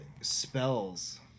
spells